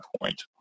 point